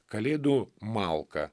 kalėdų malka